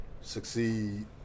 succeed